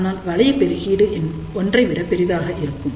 ஆனால் வளைய பெருகிடு ஒன்றைவிட பெரிதாக இருக்கும்